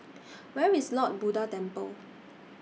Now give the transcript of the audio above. Where IS Lord Buddha Temple